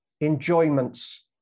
enjoyments